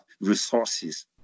resources